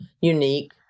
unique